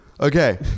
Okay